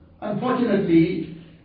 unfortunately